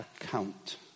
account